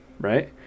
right